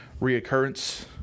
reoccurrence